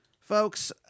Folks